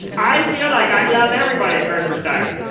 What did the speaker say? i feel like i love everybody at christmastime.